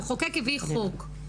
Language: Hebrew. המחוקק הביא חוק.